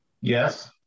yes